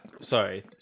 sorry